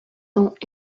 temps